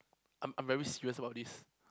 I'm I'm very serious about this